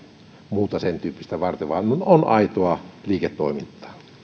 muuta sen tyyppistä varten vaan on aitoa liiketoimintaa